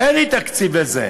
אין לי תקציב לזה,